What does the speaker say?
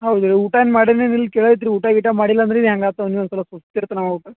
ಹೌದ್ರಿ ಊಟ ಏನು ಮಾಡಿದಾನೇನಿಲ್ ಕೇಳ್ತ ರೀ ಊಟ ಗೀಟ ಮಾಡಿಲ್ಲ ಅಂದ್ರೆ ಇದು ಹೆಂಗಾಯ್ತೋ ನೀವು ಒಂದ್ಸಲ ಸುಸ್ತು ಇರ್ತಾನೆ ಅವ